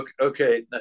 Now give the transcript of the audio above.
Okay